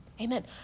amen